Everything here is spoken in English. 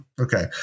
Okay